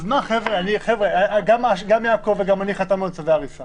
חבר'ה, גם יעקב וגם אני חתמנו על צווי הריסה